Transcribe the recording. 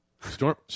Storm